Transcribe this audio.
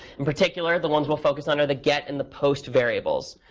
in particular, the ones we'll focus on are the get and the post variables.